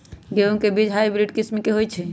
गेंहू के बीज हाइब्रिड किस्म के होई छई?